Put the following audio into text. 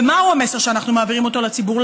ומהו המסר שאנחנו מעבירים אותו לציבור,